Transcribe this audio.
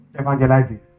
evangelizing